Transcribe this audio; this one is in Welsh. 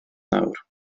nawr